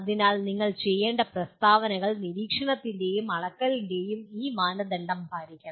അതിനാൽ നിങ്ങൾ ചെയ്യേണ്ട പ്രസ്താവനകൾ നിരീക്ഷണത്തിന്റെയും അളക്കലിന്റെയും ഈ മാനദണ്ഡം പാലിക്കണം